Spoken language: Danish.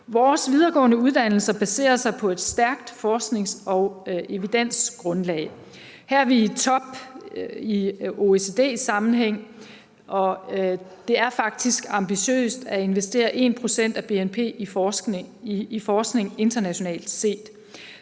Vores videregående uddannelser baserer sig på et stærkt forsknings- og evidensgrundlag. Her er vi i OECD-sammenhæng i top, og det er faktisk ambitiøst at investere 1 pct. af BNP i forskning, internationalt set.